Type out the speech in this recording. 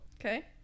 Okay